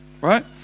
right